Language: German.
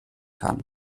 kann